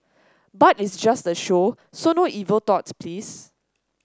but it's just a show so no evil thoughts please